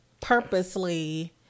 purposely